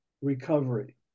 recovery